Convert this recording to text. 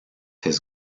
his